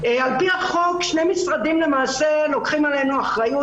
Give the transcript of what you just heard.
על פי החוק שני משרדים לוקחים עלינו אחריות,